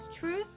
Truth